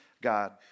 God